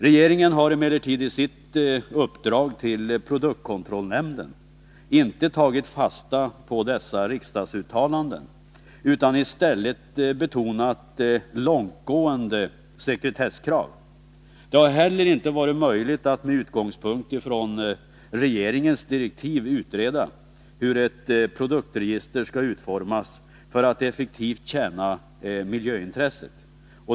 Regeringen har emellertid i sitt uppdrag till produktkontrollnämnden inte tagit fasta på dessa riksdagsuttalanden utan i stället betonat långtgående sekretesskrav. Det har heller inte varit möjligt att med utgångspunkt i regeringens direktiv utreda hur ett produktregister skall utformas för att effektivt tjäna miljöintresset.